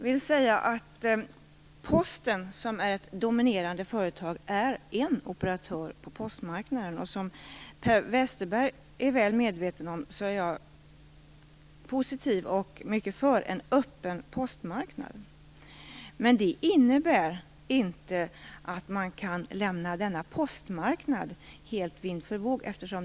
Fru talman! Posten, som är ett dominerande företag, är en operatör på postmarknaden. Per Westerberg är väl medveten om att jag är positiv och verkligen för en öppen postmarknad. Det innebär dock inte att man kan lämna denna postmarknad helt vind för våg.